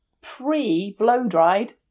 pre-blow-dried